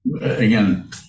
Again